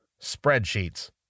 spreadsheets